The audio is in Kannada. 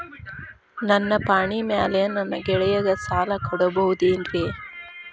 ನನ್ನ ಪಾಣಿಮ್ಯಾಲೆ ನನ್ನ ಗೆಳೆಯಗ ಸಾಲ ಕೊಡಬಹುದೇನ್ರೇ?